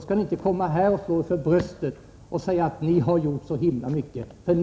kan ni inte slå er för ert bröst och säga att ni har ; z Torsdagen den gjort så enormt mycket.